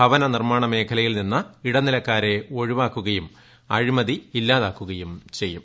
ഭവന നിർമ്മാണ മേഖലയിൽ നിന്ന് ഇടനിലക്കാരെ ഒഴിവാക്കുകയും അഴിമതിയില്ലാതാക്കുകയും ചെയ്യും